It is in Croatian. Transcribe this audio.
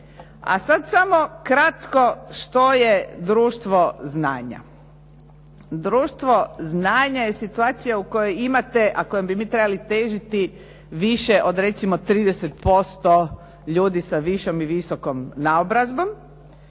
A sada samo kratko što je društvo znanja. Društvo znanja je situacija u kojoj imate a kojoj bi mi trebali težiti više od recimo 30% ljudi sa višom i visokom naobrazbom.